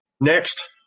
next